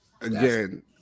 again